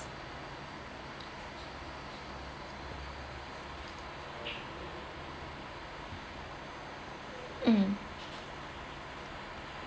um